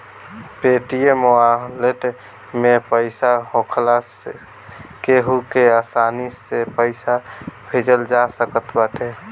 Paytm wallet में पईसा होखला से केहू के आसानी से पईसा भेजल जा सकत बाटे